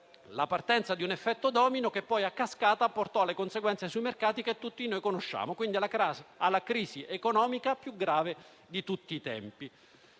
la partenza di un effetto domino che poi, a cascata, portò le conseguenze sui mercati che tutti noi conosciamo, quindi alla crisi economica più grave di tutti i tempi.